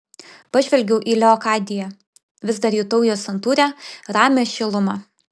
pažvelgiau į leokadiją vis dar jutau jos santūrią ramią šilumą